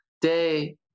day